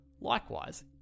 likewise